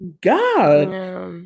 god